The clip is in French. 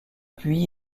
puits